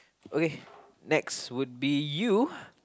okay next would be you